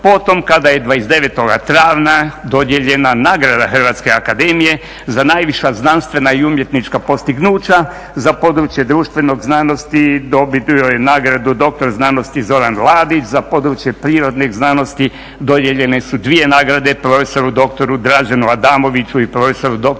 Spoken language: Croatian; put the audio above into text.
potom kada je 29. travnja dodijeljena nagrada Hrvatske akademije za najviša znanstvena i umjetnička postignuća. Za područje društvene znanosti dobio je nagradu dr.sc. Zoran Ladić, za područje prirodnih znanosti dodijeljene su dvije nagrade prof.dr. Draženu Adamoviću i prof.dr. Jakovu Dulčiću,